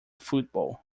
football